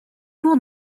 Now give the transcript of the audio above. cours